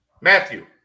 Matthew